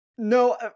No